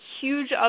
Huge